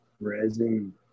resin